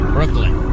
Brooklyn